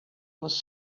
was